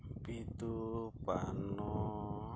ᱵᱤᱫᱩ ᱯᱟᱱᱚ